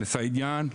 לסעידיאן,